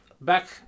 back